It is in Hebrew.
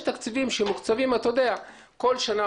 יש תקציבים שמוקצבים כל שנה,